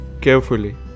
carefully